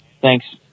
thanks